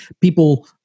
people